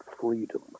freedom